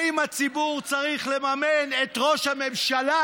האם הציבור צריך לממן את ראש הממשלה?